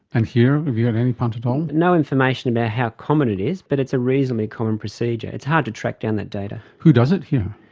and here? have you got any punt at all? no information about how common it is, but it's a reasonably common procedure. it's hard to track down that data. who does it here?